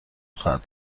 خواهد